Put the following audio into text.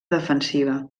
defensiva